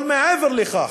אבל מעבר לכך,